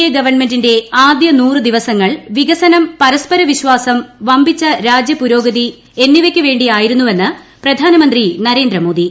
A ഗവൺമെന്റിന്റെ ആദ്യ നൂറ് ദിവസങ്ങൾ വികസനം പരസ്പര വിശ്വാസം വമ്പിച്ച രാജ്യപുരോഗതി എന്നിവയ്ക്കു വേണ്ടിയായിരുവെന്ന് പ്രധാനമന്ത്രി നരേന്ദ്രമോദി